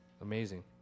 amazing